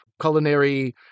culinary